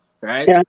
right